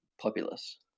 populace